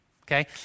Okay